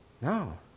No